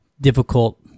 difficult